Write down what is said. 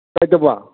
ꯀꯩꯗꯧꯕ